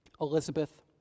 Elizabeth